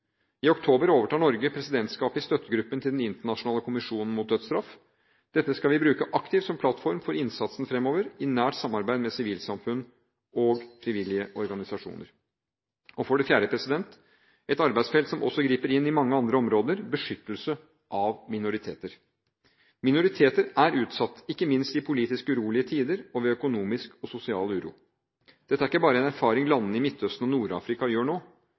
I oktober overtar Norge presidentskapet i støttegruppen til Den internasjonale kommisjonen mot dødsstraff. Dette skal vi bruke aktivt som plattform for innsatsen fremover, i nært samarbeid med sivilsamfunn og frivillige organisasjoner. For det fjerde – et arbeidsfelt som også griper inn i mange andre områder – beskyttelse av minoriteter. Minoriteter er utsatt, ikke minst i politisk urolige tider og ved økonomisk og sosial uro. Dette er ikke bare en erfaring landene i Midtøsten og Nord-Afrika gjør